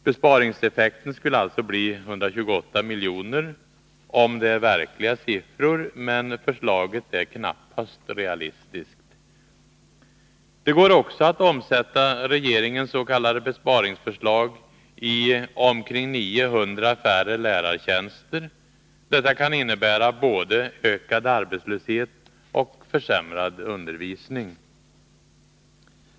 Besparingseffekten skulle alltså bli 128 miljoner — om det är verkliga siffror, men förslaget är knappast realistiskt. Det går också att omsätta regeringens s.k. besparingsförslag i omkring 900 färre lärartjänster. Detta kan innebära både ökad arbetslöshet och försämrad undervisning.